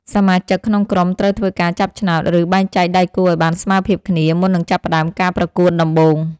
សមាជិកក្នុងក្រុមត្រូវធ្វើការចាប់ឆ្នោត ឬបែងចែកដៃគូឱ្យបានស្មើភាពគ្នា មុននឹងចាប់ផ្ដើមការប្រកួតដំបូង។